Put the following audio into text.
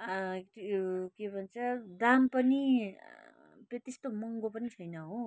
त्यो के भन्छ दाम पनि त्यो त्यस्तो महँगो पनि छैन हो